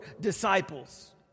disciples